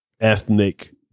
ethnic